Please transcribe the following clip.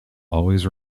always